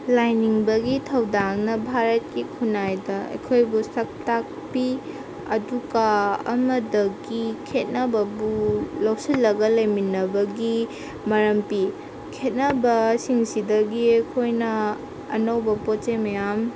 ꯂꯥꯏꯅꯤꯡꯕꯒꯤ ꯊꯧꯗꯥꯡꯅ ꯚꯥꯔꯠꯀꯤ ꯈꯨꯅꯥꯏꯗ ꯑꯩꯈꯣꯏꯕꯨ ꯁꯛ ꯇꯥꯛꯄꯤ ꯑꯗꯨꯒ ꯑꯃꯗꯒꯤ ꯈꯦꯠꯅꯕꯕꯨ ꯂꯧꯁꯤꯜꯂꯒ ꯂꯩꯃꯤꯟꯅꯕꯒꯤ ꯃꯔꯝ ꯄꯤ ꯈꯦꯠꯅꯕꯁꯤꯡꯁꯤꯗꯒꯤ ꯑꯩꯈꯣꯏꯅ ꯑꯅꯧꯕ ꯄꯣꯠ ꯆꯩ ꯃꯌꯥꯝ